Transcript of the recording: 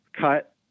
cut